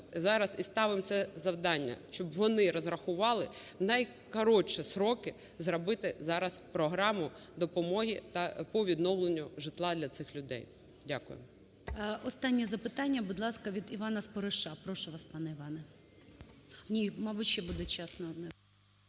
зараз і ставимо це завдання, щоб вони розрахували найкоротші строки, зробити зараз програму допомоги по відновленню житла для цих людей. Дякую. ГОЛОВУЮЧИЙ. Останнє запитання, будь ласка, від Івана Спориша. Прошу вас, пане Іване. Ні, мабуть, ще буде час на одне…